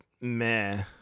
meh